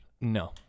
No